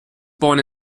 born